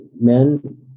men